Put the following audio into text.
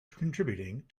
contributing